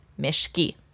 Meshki